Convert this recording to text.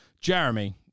Jeremy